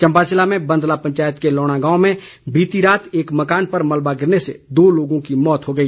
चम्बा जिले में बंदला पंचायत के लौणा गांव में बीती रात एक मकान पर मलबा गिरने से दो लोगों की मौत हो गई